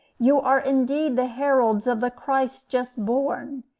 you are indeed the heralds of the christ just born,